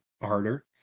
harder